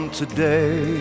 today